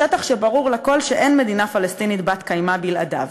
השטח שברור לכול שאין מדינה פלסטינית בת-קיימא בלעדיו.